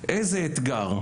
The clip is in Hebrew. איזה אתגר,